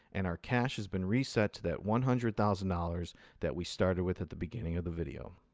and our cash has been reset to that one hundred thousand dollars that we started with at the beginning of the video.